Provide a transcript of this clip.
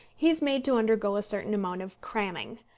he is made to undergo a certain amount of cramming.